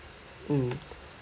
mm